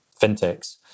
fintechs